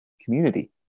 community